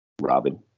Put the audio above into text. Robin